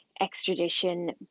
extradition